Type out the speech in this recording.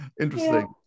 interesting